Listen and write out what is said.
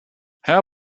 herr